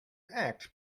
act